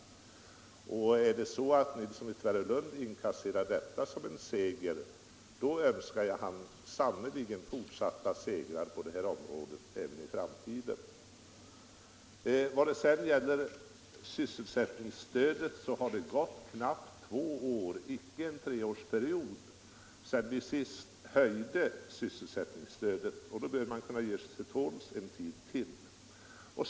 Om herr Nilsson i Tvärålund inkasserar detta som en seger, önskar jag honom sannerligen fortsatta segrar på detta område även i framtiden! I vad sedan gäller sysselsättningsstödet vill jag påpeka att det bara har gått knappt två år — icke en treårsperiod — sedan vi senast höjde sysselsättningsstödet, varför man bör kunna ge sig till tåls en tid till.